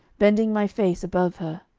bending my face above her,